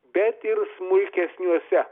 bet ir smulkesniuose